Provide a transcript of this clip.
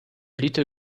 little